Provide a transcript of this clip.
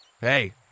hey